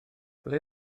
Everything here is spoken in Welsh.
ble